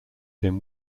him